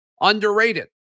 underrated